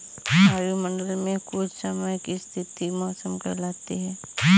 वायुमंडल मे कुछ समय की स्थिति मौसम कहलाती है